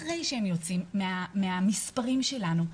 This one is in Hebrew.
אחרי שהם יוצאים מהמספרים שלנו,